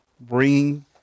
bringing